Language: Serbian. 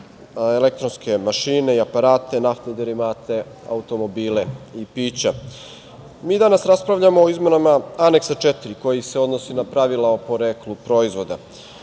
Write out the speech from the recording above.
elektronske mašine i aparate, naftne derivate, automobile i pića. Mi danas raspravljamo o izmenama Aneksa 4, koji se odnosi na pravila o poreklu proizvoda,